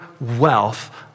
wealth